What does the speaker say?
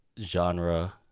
genre